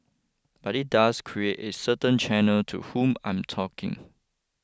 but it does create a certain channel to whom I'm talking